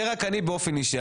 זה רק אני באופן אישי.